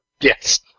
Yes